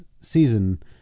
season